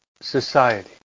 society